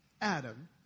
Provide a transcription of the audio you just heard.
Adam